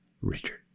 Richard